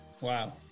Wow